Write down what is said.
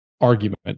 argument